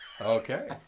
Okay